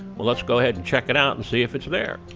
well let's go ahead and check it out and see if it's there.